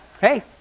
Hey